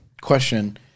Question